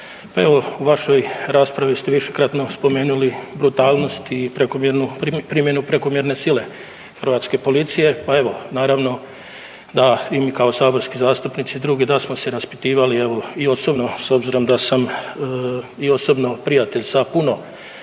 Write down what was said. u vašoj raspravi ste višekratno spomenuli brutalnost i prekomjernu primjenu prekomjerne sile hrvatske policije, pa evo naravno da i mi kao saborski zastupnici drugi da smo se raspitivali evo i osobno s obzirom da sam i osobno prijatelj sa puno